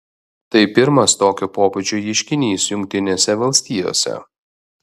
tai pirmas tokio pobūdžio ieškinys jungtinėse valstijose